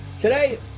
Today